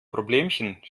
problemchen